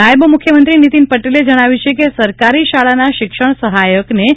નાયબ મુખ્યમંત્રી નીતિન પટેલે જણાવ્યું કે સરકારી શાળાના શિક્ષણ સહાયકને તા